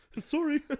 Sorry